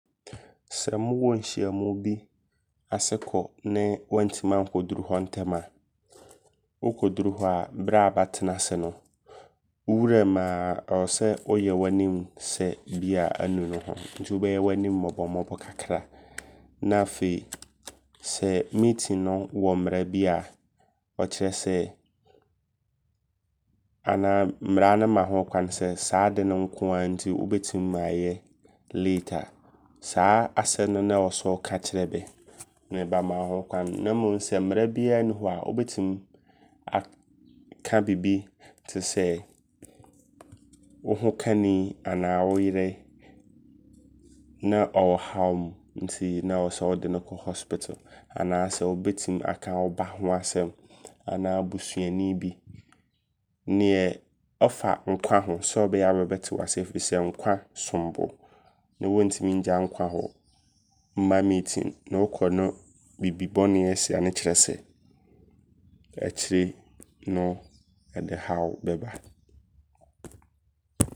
Sɛ mowɔ nhyiamu bi ase kɔ ne wantimi ankɔduru hɔ ntɛm. Wokɔduru hɔ a berɛ a bɛatenase no. Wo wuraamuaa ɛwɔ sɛ woyɛ w'anim sɛ bia anu ne ho. Nti wobɛyɛ w'anim mmɔbommɔbo kakra. Na afei sɛ meeting wɔ mmara bia ɔkyerɛ sɛ anaa mmara no ma ho kwane sɛ saa ade no nkoaa nti wobɛtim ayɛ late a. Saa asɛm no ne ɛwɔ sɛ woka kyerɛ bɛ. Ne bɛama wɔ ho kwane. Ne mmom sɛ mmara biaa nni hɔ a wobɛtim aka bibi tesɛ, wo hokani anaa wo yere na ɔwɔ haw mu. Nti na ɛwɔ sɛ wode no kɔ hospital. Anaasɛ wobɛtim aka woba ho asɛm. Anaa busuani bi. Neɛ ɔfa nkwa sɛ ɔbɛyɛ a bɛ bɛte wo aseɛ. Firi sɛ nkwa sombo. Ne wɔntimi ngya nkwa hɔ mma meeting ne wokɔ ne bibi bɔne asi ne kyerɛ sɛ, akyire yi no ɔde haw bɛba.